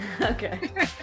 Okay